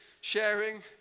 sharing